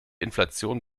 inflation